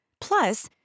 plus